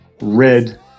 Red